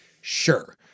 sure